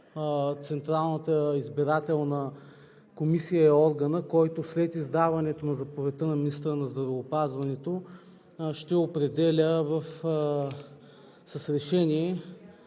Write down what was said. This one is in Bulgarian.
Централната избирателна комисия е органът, който след издаването на заповедта на министъра на здравеопазването ще определя с решение